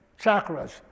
chakras